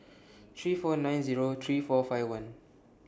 three four nine Zero three four five one